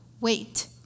wait